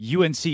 UNC